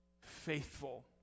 faithful